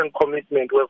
commitment